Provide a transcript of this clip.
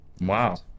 Wow